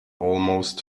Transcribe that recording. almost